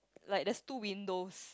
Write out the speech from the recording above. like there's two windows